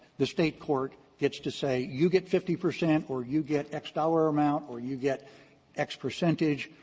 the state court gets to say you get fifty percent or you get x dollar amount or you get x percentage.